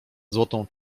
złotą